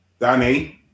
Danny